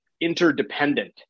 interdependent